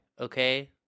okay